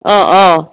অঁ অঁ